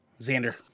Xander